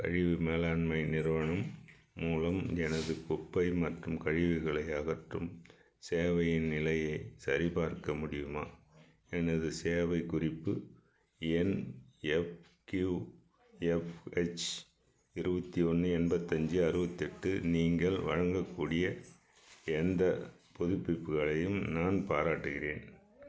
கழிவு மேலாண்மை நிறுவனம் மூலம் எனது குப்பை மற்றும் கழிவுகளை அகற்றும் சேவையின் நிலையை சரிபார்க்க முடியுமா எனது சேவைக் குறிப்பு எண் எஃப்கியூஎஃப்ஹெச் இருபத்தி ஒன்று எண்பத்தஞ்சி அறுபத்தி எட்டு நீங்கள் வழங்கக் கூடிய எந்தப் புதுப்பிப்புகளையும் நான் பாராட்டுகிறேன்